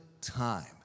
time